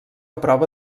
prova